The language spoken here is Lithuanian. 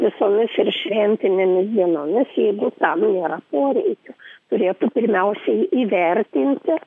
visomis ir šventinėmis dienomis jeigu tam nėra poreikio turėtų pirmiausiai įvertinti